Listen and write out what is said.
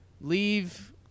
Leave